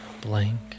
Blank